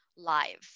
live